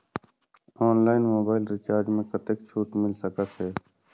Online mobile recharge मे कतेक छूट मिल सकत हे?